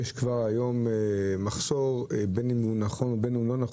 יש כבר היום מחסור בין אם נכון או לא.